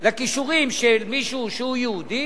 לכישורים של מישהו שהוא יהודי,